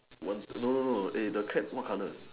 no no no hey the cat what colour